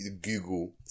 Google